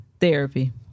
Therapy